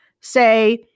say